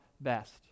best